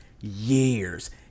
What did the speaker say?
years